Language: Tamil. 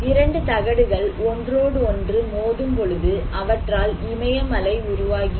இரண்டு தகடுகள் ஒன்றோடு ஒன்று மோதும் பொழுது அவற்றால் இமயமலை உருவாகியது